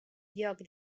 lloc